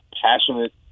passionate